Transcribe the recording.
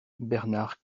bernhard